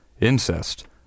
incest